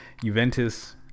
Juventus